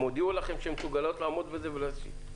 הן הודיעו לכם שהן מסוגלות לעמוד בזה ולהשיב?